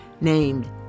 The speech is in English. named